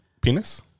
penis